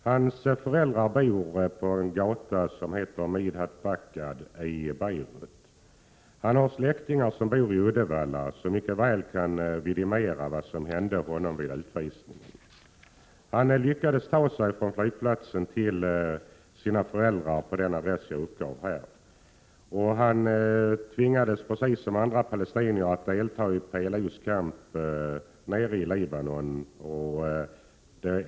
Hans föräldrar bor på en gata som heter Mishat Bacab i Beirut. Han har släktingar som bor i Uddevalla, vilka mycket väl kan vidimera vad som hände honom vid utvisningen. Han lyckades ta sig från flygplatsen till sina föräldrar på den adress som jag uppgav. Han tvingades precis som andra palestinier att delta i PLO:s kamp nere i Libanon.